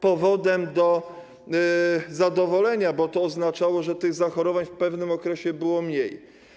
powodem do zadowolenia, bo to oznaczało, że tych zachorowań w pewnym okresie było mniej.